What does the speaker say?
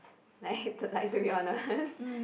like like to be honest